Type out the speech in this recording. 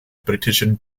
britischen